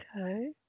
Okay